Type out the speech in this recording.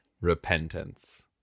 repentance